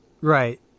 Right